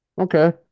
Okay